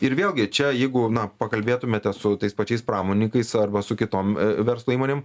ir vėlgi čia jeigu na pakalbėtumėte su tais pačiais pramoninkais arba su kitom verslo įmonėm